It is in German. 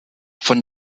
von